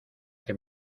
que